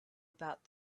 about